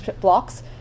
blocks